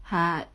ha